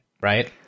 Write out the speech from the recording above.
right